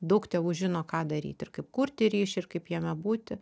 daug tėvų žino ką daryti ir kaip kurti ryšį ir kaip jame būti